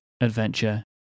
adventure